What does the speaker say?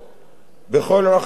בכל רחבי הארץ,